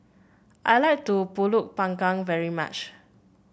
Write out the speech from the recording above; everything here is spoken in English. I like to pulut panggang very much